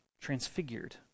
transfigured